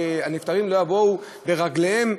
הנפטרים לא יבואו ברגליהם,